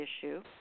issue